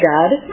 God